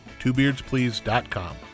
twobeardsplease.com